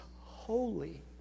holy